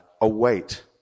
await